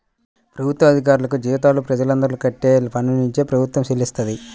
ప్రభుత్వ అధికారులకు జీతాలు ప్రజలందరూ కట్టే పన్నునుంచే ప్రభుత్వం చెల్లిస్తది